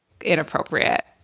inappropriate